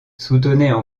soutenaient